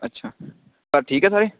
ਅੱਛਾ ਘਰ ਠੀਕ ਹੈ ਸਾਰੇ